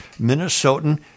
Minnesotan